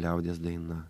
liaudies daina